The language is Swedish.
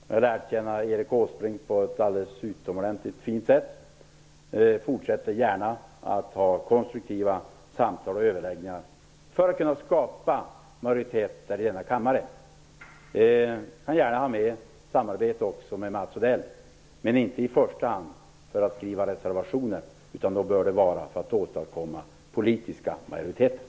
Jag har lärt känna Erik Åsbrink på ett alldeles utomordentligt fint sätt och fortsätter gärna att ha konstruktiva samtal och överläggningar för att kunna skapa majoritet i kammaren. Jag samarbetar också gärna mer med Mats Odell, men inte i första hand för att skriva reservationer, utan det bör vara för att åstadkomma politiska majoriteter.